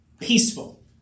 Peaceful